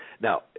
Now